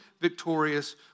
victorious